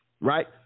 right